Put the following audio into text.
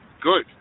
Good